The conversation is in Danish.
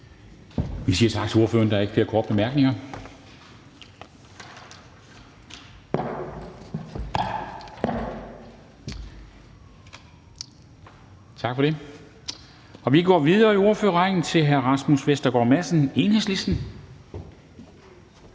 Vi siger tak til ordføreren. Der er ikke flere korte bemærkninger, så vi går videre i ordførerrækken til hr. Rasmus Vestergaard Madsen, Enhedslisten.